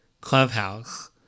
Clubhouse